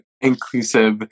inclusive